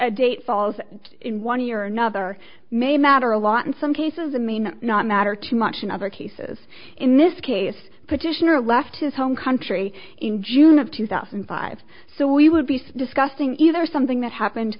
a date falls in one year or another may matter a lot in some cases and mean not matter too much in other cases in this case the petitioner left his home country in june of two thousand and five so we would be so disgusting either something that happened